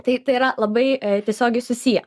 tai tai yra labai tiesiogiai susiję